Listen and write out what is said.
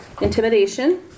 intimidation